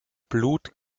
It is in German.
blut